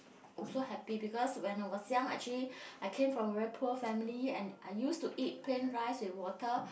also happy because when I was young actually I came from very poor family and I used to eat plain rice with water